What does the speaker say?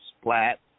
splat